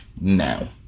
now